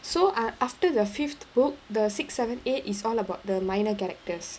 so uh after the fifth book the sixth seventh eighth is all about the minor characters